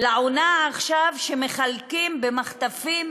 לעונה עכשיו, שמחלקים במחטפים